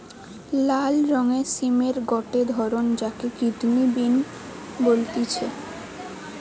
লাল রঙের সিমের গটে ধরণ যাকে কিডনি বিন বলতিছে